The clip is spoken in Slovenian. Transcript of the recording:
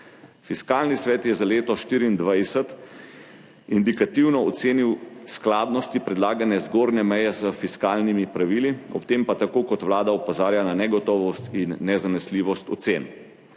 Fiskalni svet je za leto 2024 indikativno ocenil skladnosti predlagane zgornje meje s fiskalnimi pravili, ob tem pa tako kot Vlada opozarja na negotovost in nezanesljivost ocen.